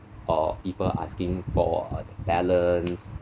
or people asking for uh balance